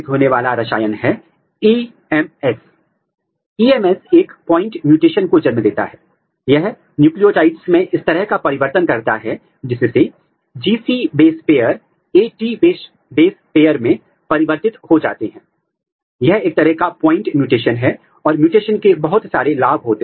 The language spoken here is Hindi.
लेकिन इस क्षेत्र को ट्रांसक्रिप्ट करते समय आप यूटीपी जोड़ रहे हैं जिसे डिगॉक्सिंजिन के साथ टैग किया गया है जिसे डीआईजी यूटीपी कहा जाता है और फिर अगर प्रोब का आकार बड़ा है तो इसे हाइड्रोलाइज करते हैं और लगभग 75 से 100 न्यूक्लियाइडाइड लंबा आकार का प्रोब बनाते हैं